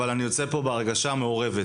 אבל אני יוצא מפה בהרגשה מעורבת,